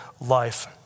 life